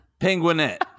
Penguinette